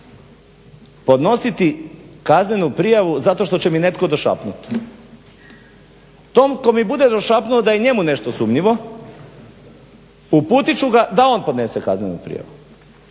podnositi kaznenu prijavu zato što će mi netko došapnut. Tom tko mi bude došapnuo da je i njemu nešto sumnjivo uputit ću ga da on podnese kaznenu prijavu